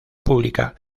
pública